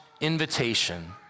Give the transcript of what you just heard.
invitation